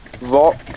rock